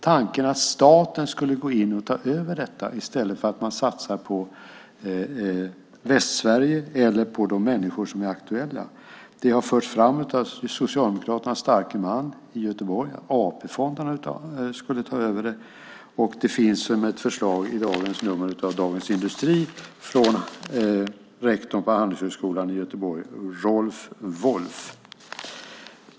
Tanken att staten skulle gå in och ta över i stället för att satsa på Västsverige eller på de människor som är aktuella har förts fram av Socialdemokraternas starke man i Göteborg - att AP-fonderna skulle ta över. I Dagens Industri i dag finns det också som ett förslag från rektorn på Handelshögskolan i Göteborg, Rolf Wolff.